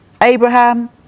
Abraham